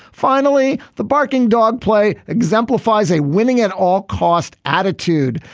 finally, the barking dog play exemplifies a winning at all cost attitude.